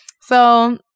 So-